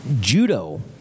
Judo